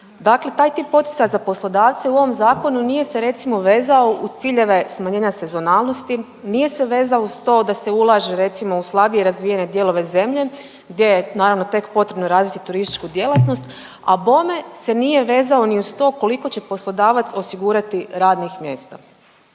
Dakle, taj tip poticaja za poslodavce u ovom zakonu nije se recimo vezao uz ciljeve smanjenja sezonalnosti, nije se vezao uz to da se ulaže recimo u slabije razvijene dijelove zemlje gdje je naravno tek potrebno razviti turističku djelatnost, a bome se nije vezao ni uz to koliko će poslodavac osigurati radnih mjesta.